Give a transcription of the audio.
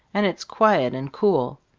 and it's quiet and cool.